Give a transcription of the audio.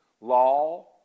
law